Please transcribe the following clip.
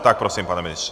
Tak prosím, pane ministře.